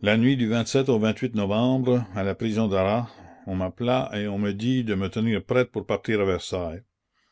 la nuit du au novembre à la prison d'arras on m'appela et on me dit de me tenir prête pour partir à versailles